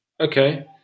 Okay